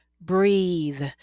Breathe